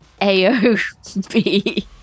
AOB